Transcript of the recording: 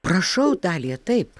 prašau dalija taip